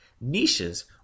Niches